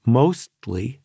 mostly